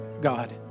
God